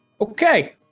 Okay